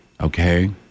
okay